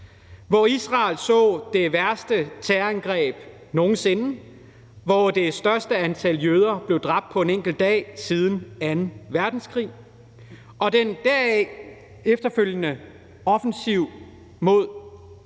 Hvor Israel så det værste terrorangreb nogen sinde, hvor det største antal jøder blev dræbt på en enkelt dag siden anden verdenskrig, og den deraf efterfølgende offensiv mod